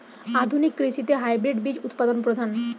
আধুনিক কৃষিতে হাইব্রিড বীজ উৎপাদন প্রধান